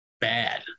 bad